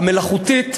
המלאכותית,